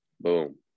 Boom